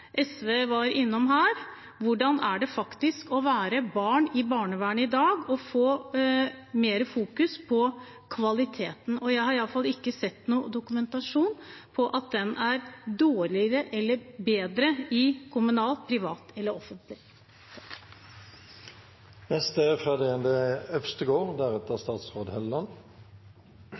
SV var innom her, om hvordan det faktisk er å være barn i barnevernet i dag og fokusere mer på kvaliteten. Jeg har iallfall ikke sett noen dokumentasjon på at den er dårligere eller bedre i de kommunale, private eller